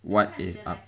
what is up